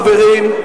חברים,